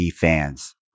fans